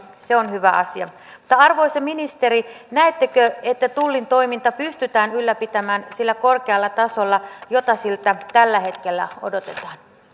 se on hyvä asia mutta arvoisa ministeri näettekö että tullin toiminta pystytään ylläpitämään sillä korkealla tasolla jota siltä tällä hetkellä odotetaan